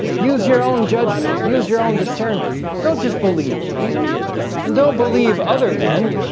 use your own judgment use your own discernment. don't just believe me and don't believe other men